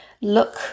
look